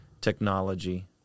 technology